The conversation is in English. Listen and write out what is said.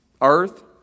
earth